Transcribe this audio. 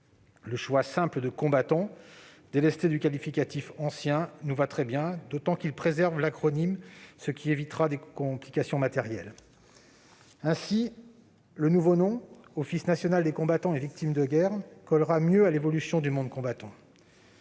Le choix simple de « combattants », délesté du qualificatif « anciens », nous va très bien, d'autant qu'il préserve l'acronyme, ce qui évitera des complications matérielles. Ainsi, le nouveau nom « Office national des combattants et des victimes de guerre » collera mieux à l'évolution du monde combattant.